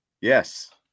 Yes